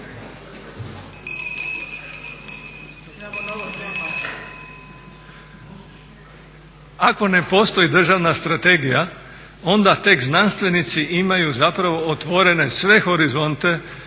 Ako ne postoji državna strategija onda tek znanstvenici imaju zapravo otvorene sve horizonte